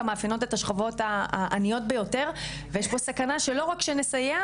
מאפיינות את השכבות העניות ביותר ויש כאן סכנה שלא רק נסייע,